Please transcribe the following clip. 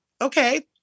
okay